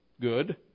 good